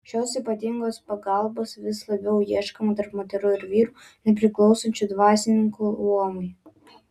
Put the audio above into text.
šios ypatingos pagalbos vis labiau ieškoma tarp moterų ir vyrų nepriklausančių dvasininkų luomui